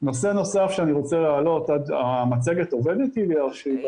זו דוגמא לגבעת עלייה.